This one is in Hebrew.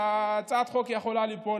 והצעת החוק יכולה ליפול,